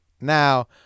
now